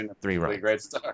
three-runs